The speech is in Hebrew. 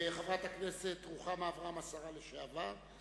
חברת הכנסת רוחמה אברהם, השרה לשעבר,